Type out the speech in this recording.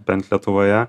bent lietuvoje